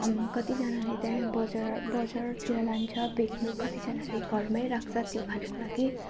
कतिजनाले त्यहाँ बजार बजारतिर लान्छ बेच्नु कतिजानाले घरमै राख्छ त्यो खानुको लागि